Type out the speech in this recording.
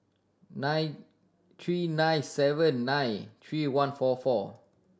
nine three nine seven nine three one four four